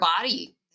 body